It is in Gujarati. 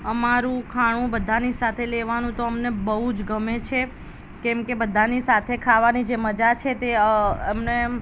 અમારું ખાણું બધાને સાથે લેવાનું તો અમને બહુ જ ગમે છે કેમકે બધાની સાથે ખાવાની જે મજા છે તે અમને